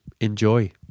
enjoy